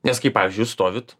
nes kaip pavyzdžiui jūs stovit